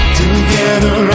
together